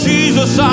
Jesus